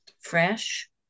fresh